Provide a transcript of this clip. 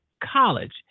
college